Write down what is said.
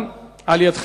גם ממך נשמע,